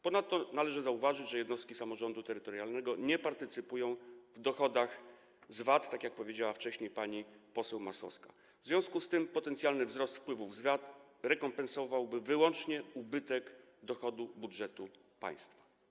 Ponadto należy zauważyć, że jednostki samorządu terytorialnego nie partycypują w dochodach z VAT, tak jak powiedziała wcześniej pani poseł Masłowska, w związku z tym potencjalny wzrost wpływów z VAT rekompensowałby wyłącznie ubytek dochodów budżetu państwa.